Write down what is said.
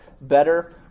better